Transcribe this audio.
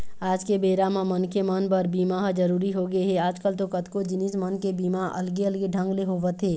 आज के बेरा म मनखे मन बर बीमा ह जरुरी होगे हे, आजकल तो कतको जिनिस मन के बीमा अलगे अलगे ढंग ले होवत हे